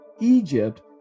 Egypt